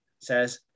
says